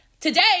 today